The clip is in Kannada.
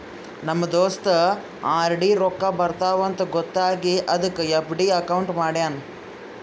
ನಮ್ ದೋಸ್ತ ಆರ್.ಡಿ ರೊಕ್ಕಾ ಬರ್ತಾವ ಅಂತ್ ಗೊತ್ತ ಆಗಿ ಅದಕ್ ಎಫ್.ಡಿ ಅಕೌಂಟ್ ಮಾಡ್ಯಾನ್